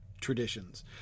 traditions